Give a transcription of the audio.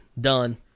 done